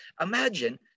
Imagine